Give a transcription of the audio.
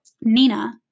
Nina